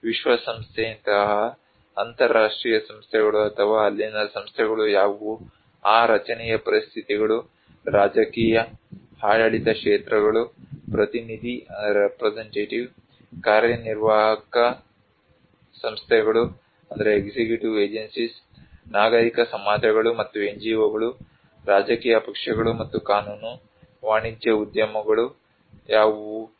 ವಿಶ್ವಸಂಸ್ಥೆಯಂತಹ ಅಂತರರಾಷ್ಟ್ರೀಯ ಸಂಸ್ಥೆಗಳು ಅಥವಾ ಅಲ್ಲಿನ ಸಂಸ್ಥೆಗಳು ಯಾವುವು ಆ ರಚನೆಯ ಪರಿಸ್ಥಿತಿಗಳು ರಾಜಕೀಯ ಆಡಳಿತ ಕ್ಷೇತ್ರಗಳು ಪ್ರತಿನಿಧಿ ಕಾರ್ಯನಿರ್ವಾಹಕ ಸಂಸ್ಥೆಗಳು ನಾಗರಿಕ ಸಮಾಜಗಳು ಮತ್ತು NGO ಗಳು ರಾಜಕೀಯ ಪಕ್ಷಗಳು ಮತ್ತು ಕಾನೂನು ವಾಣಿಜ್ಯ ಉದ್ಯಮಗಳು ಯಾವುವು